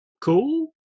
cool